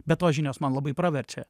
be tos žinios man labai praverčia